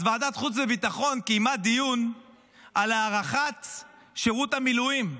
אז ועדת חוץ וביטחון קיימה דיון על הארכת שירות המילואים.